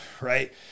right